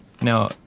Now –